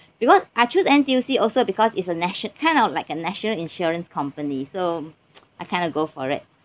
because I choose N_T_U_C also because it's a natio~ kind of like a national insurance company so I kind of go for it